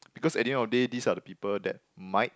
because at the end of the day these are the people that might